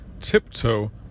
tiptoe